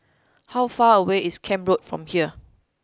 how far away is Camp Road from here